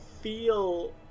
feel